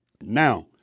now